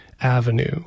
avenue